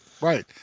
right